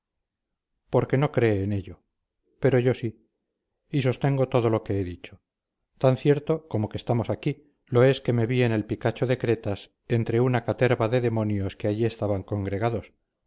porque no cree en ello pero yo sí y sostengo todo lo que he dicho tan cierto como que estamos aquí lo es que me vi en el picacho de cretas entre una caterva de demonios que allí estaban congregados